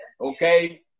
Okay